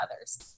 others